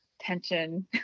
tension